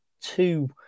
two